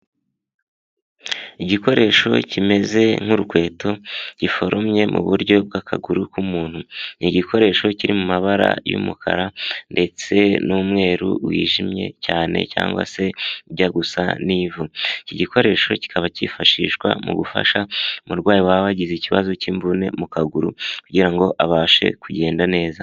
Igikoresho kimeze nk'urukweto giforumye mu buryo bw'akaguru k'umuntu ni igikoresho kiri mu mabara y'umukara ndetse n'umweru wijimye cyane cyangwa se kijya gusa n'ivu, iki gikoresho kikaba cyifashishwa mu gufasha umurwayi waba yagize ikibazo cy'imvune mu kaguru kugira ngo abashe kugenda neza.